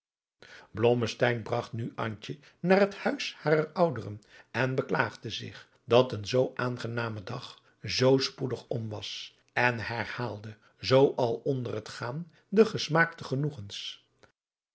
bragt nu antje naar het huis harer ouderen en beklaagde zich dat een zoo aangename dag zoo spoedig om was en herhaalde zoo al onder het gaan de gesmaakte genoegens